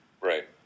right